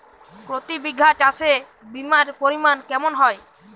প্রতি বিঘা চাষে বিমার পরিমান কেমন হয়?